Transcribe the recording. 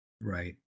Right